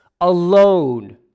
alone